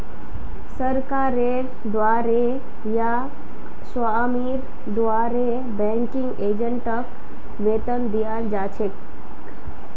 सरकारेर द्वारे या स्वामीर द्वारे बैंकिंग एजेंटक वेतन दियाल जा छेक